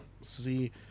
see